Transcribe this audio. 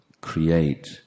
create